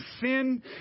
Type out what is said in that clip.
sin